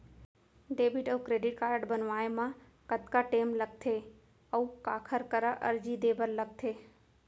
Debit अऊ credit card बनवाए मा कतका टेम लगथे, अऊ काखर करा अर्जी दे बर लगथे?